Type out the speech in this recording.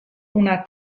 una